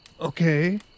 Okay